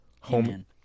Home